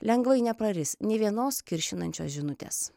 lengvai nepraris nė vienos kiršinančios žinutės